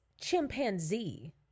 chimpanzee